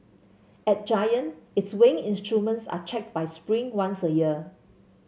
at Giant its weighing instruments are checked by Spring once a year